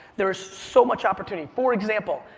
there is so much opportunity. for example,